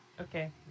Okay